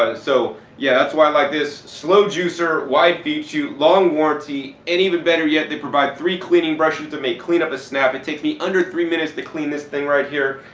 ah so yeah, that's why i like this slow juicer, wide feed chute, long warranty, and even better yet they provide three cleaning brushes to make clean-up a snap. it takes me under three minutes to clean this thing right here,